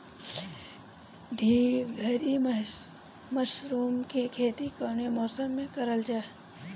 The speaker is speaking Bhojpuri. ढीघरी मशरूम के खेती कवने मौसम में करल जा?